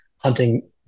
hunting